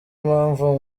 impamvu